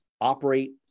operate